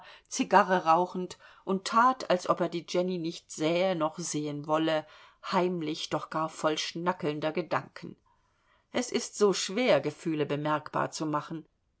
zigarre rauchend und tat als ob er die jenny nicht sähe noch sehen wolle heimlich doch gar voll schnackelnder gedanken es ist so schwer gefühle bemerkbar zu machen